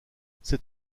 c’est